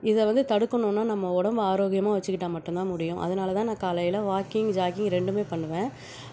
இதை வந்து தடுக்கணும்னா நம்ம உடம்ப ஆரோக்கியமாக வச்சுக்கிட்டால் மட்டுந்தான் முடியும் அதனால் தான் நான் காலையில் வாக்கிங் ஜாக்கிங் ரெண்டுமே பண்ணுவேன்